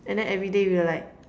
and then everyday we're like